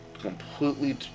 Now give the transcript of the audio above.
completely